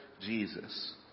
Jesus